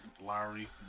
Lowry